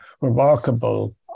remarkable